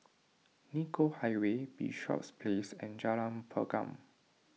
Nicoll Highway Bishops Place and Jalan Pergam